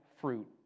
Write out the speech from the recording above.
fruit